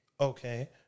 okay